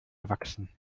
erwachsen